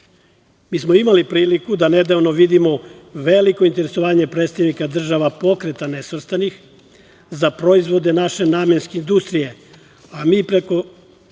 smo imali priliku da nedavno vidimo veliko interesovanja predstavnika država Pokreta nesvrstanih za proizvode naše namenske industrije, a mi preko